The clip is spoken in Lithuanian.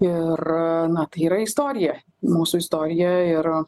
ir na tai yra istorija mūsų istorija ir